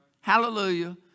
Hallelujah